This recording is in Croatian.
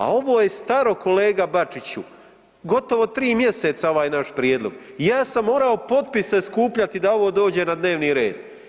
A ovo je staro kolega Bačiću, gotovo 3 mjeseca ovaj naš prijedlog i ja sam morao potpise skupljati da ovo dođe na dnevni red.